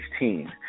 2016